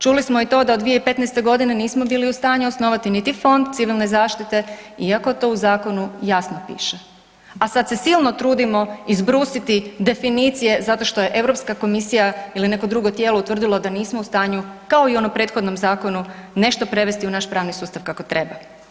Čuli smo i to da od 2015. godine nismo bili u stanju osnovati niti Fond civilne zaštite iako to u zakonu jasno piše, a sada se silno trudimo izbrusiti definicije zato što je Europska komisija ili neko drugo tijelo utvrdilo da nismo u stanju kao i u onom prethodnom zakonu nešto prevesti u naš pravni sustav kako treba.